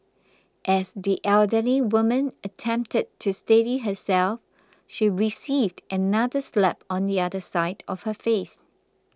as the elderly woman attempted to steady herself she received another slap on the other side of her face